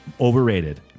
overrated